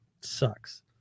sucks